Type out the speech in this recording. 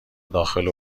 داخل